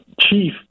chief